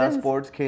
sports